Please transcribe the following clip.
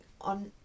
on